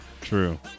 true